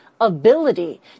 ability